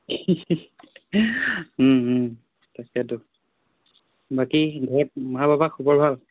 তাকেতো বাকী ঘৰত মা পাপাৰ খবৰ ভাল